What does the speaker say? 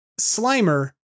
Slimer